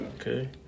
okay